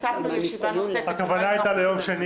ועכשיו הוספנו ישיבה נוספת --- הכוונה היתה ליום שני